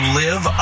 live